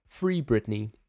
FreeBritney